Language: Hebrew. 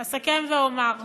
אסכם ואומר,